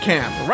Camp